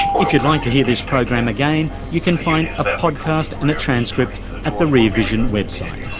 if you'd like to hear this program again, you can find a podcast and a transcript at the rear vision website.